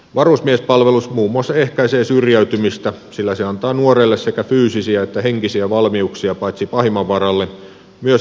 varusmiespalvelus muun muassa ehkäisee syrjäytymistä sillä se antaa nuorelle sekä fyysisiä että henkisiä valmiuksia paitsi pahimman varalle myös arkielämään